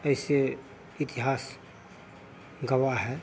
ऐसे इतिहास गवाह है